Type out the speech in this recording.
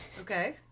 okay